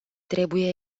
trebuie